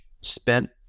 spent